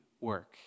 work